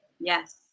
Yes